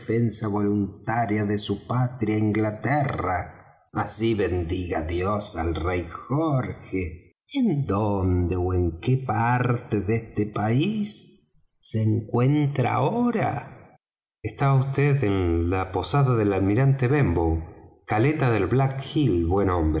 defensa voluntaria de su patria inglaterra así bendiga dios al rey jorge en dónde ó en qué parte de este país se encuentra ahora está vd en la posada del almirante benbow caleta del black hill buen